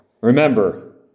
remember